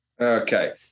Okay